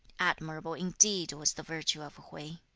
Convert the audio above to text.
admirable indeed was the virtue of hui